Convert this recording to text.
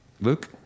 Luke